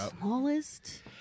Smallest